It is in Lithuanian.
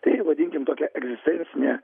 tai vadinkim tokia egzistencine